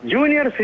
Junior